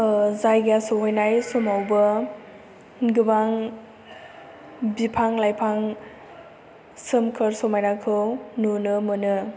जायगा सहैनाय समावबो गोबां बिफां लाइफां सोमखोर समायनाखौ नुनो मोनो